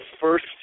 first